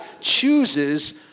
chooses